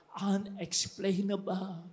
unexplainable